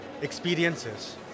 experiences